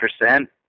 percent